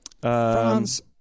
France